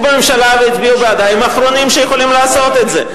בממשלה והצביעו בעדה הם האחרונים שיכולים לעשות את זה.